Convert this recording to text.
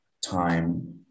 time